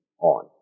on